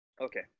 Okay